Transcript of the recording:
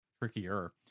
trickier